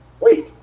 Wait